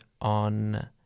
on